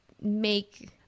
make